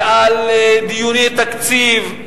ועל דיוני תקציב,